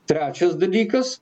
trečias dalykas